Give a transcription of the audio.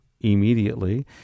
immediately